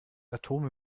atome